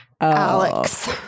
Alex